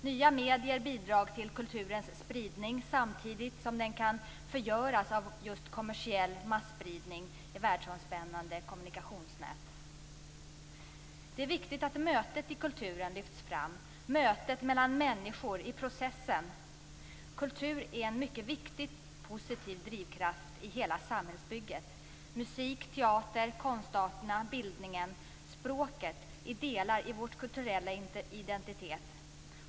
Nya medier bidrar till kulturens spridning samtidigt som den kan förgöras av just kommersiell masspridning i världsomspännande kommunikationsnät. Det är viktigt att mötet i kulturen lyfts fram, mötet mellan människor i processen. Kultur är en mycket viktig positiv drivkraft i hela samhällsbygget. Musik, teater, konstarterna, bildningen och språket är delar i vår kulturella identitet.